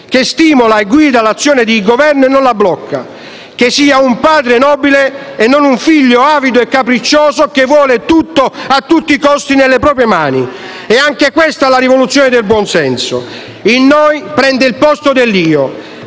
che stimola e guida l'azione di Governo e non la blocca; che sia un padre nobile e non un figlio avido e capriccioso che vuole tutto, a tutti i costi, nelle proprie mani. È anche questa la rivoluzione del buonsenso: il «noi» prende il posto dell'«io»